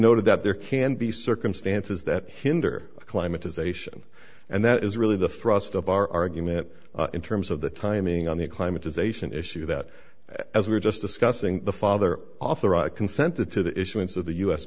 noted that there can be circumstances that hinder climate as ation and that is really the thrust of our argument in terms of the timing on the climate is ation issue that as we were just discussing the father authorized consented to the issuance of the u